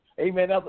Amen